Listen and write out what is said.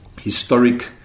historic